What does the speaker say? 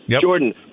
Jordan